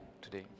today